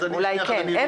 אולי כן,